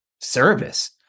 service